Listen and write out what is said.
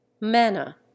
Manna